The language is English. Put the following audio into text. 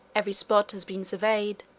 every spot has been surveyed,